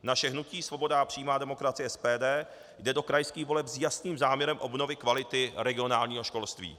Naše hnutí Svoboda a přímá demokracie SPD jde do krajských voleb s jasným záměrem obnovy kvality regionálního školství.